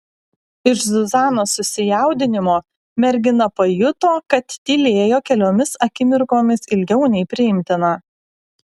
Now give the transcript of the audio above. iš zuzanos susijaudinimo mergina pajuto kad tylėjo keliomis akimirkomis ilgiau nei priimtina